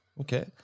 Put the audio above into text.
Okay